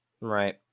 right